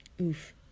Oof